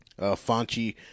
Fonchi